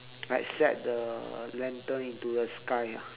like set the lantern into the sky ah